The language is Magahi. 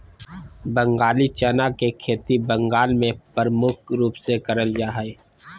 बंगाली चना के खेती बंगाल मे प्रमुख रूप से करल जा हय